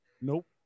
Nope